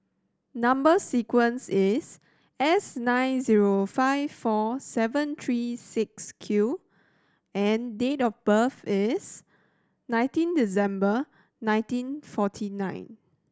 number sequence is S nine zero five four seven three six Q and date of birth is nineteen December nineteen forty nine